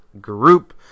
group